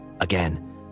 Again